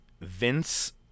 Vince